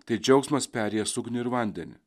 tai džiaugsmas perėjęs ugnį ir vandenį